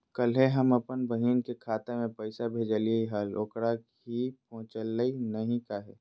कल्हे हम अपन बहिन के खाता में पैसा भेजलिए हल, ओकरा ही पहुँचलई नई काहे?